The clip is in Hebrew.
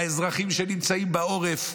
האזרחים שנמצאים בעורף,